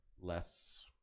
less